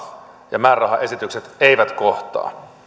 ja määrärahaesitykset eivät kohtaa